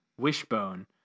wishbone